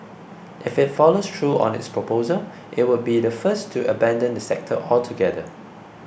if it follows through on its proposal it would be the first to abandon the sector altogether